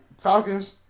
Falcons